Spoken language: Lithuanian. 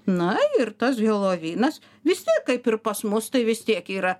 na ir tas helovinas vis tiek kaip ir pas mus tai vis tiek yra